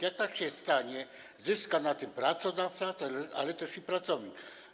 Kiedy tak się stanie, zyska na tym pracodawca, ale też i pracownik.